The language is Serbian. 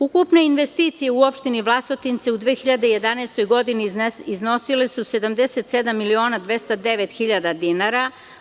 Ukupne investicije u opštini Vlasotince u 2011. godini iznosile su 77.209.000 dinara.